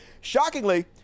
Shockingly